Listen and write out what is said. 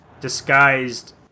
disguised